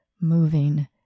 moving